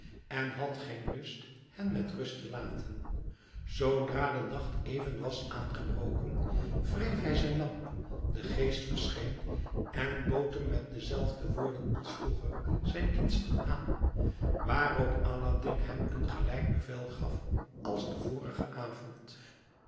en had geen lust hen met rust te laten zoodra de nacht even was aangebroken wreef hij zijn lamp de geest verscheen en bood hem met dezelfde woorden als vroeger zijn diensten aan waarop aladdin hem een gelijk bevel gaf als den vorigen avond